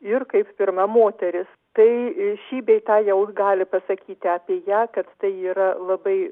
ir kaip pirma moteris tai šį bei tą jau gali pasakyti apie ją kad tai yra labai